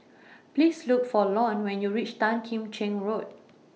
Please Look For Lon when YOU REACH Tan Kim Cheng Road